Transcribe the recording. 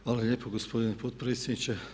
Hvala lijepo gospodine potpredsjedniče.